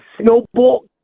snowball